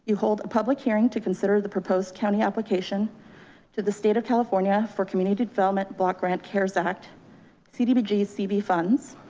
hold a public hearing to consider the proposed county application to the state of california. for community development block grant cares, act cdbg, cb funds,